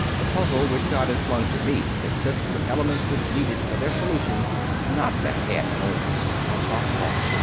the puzzle which god had flung to me consisted of elements which needed for their solution not the head only, but the heart,